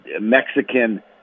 Mexican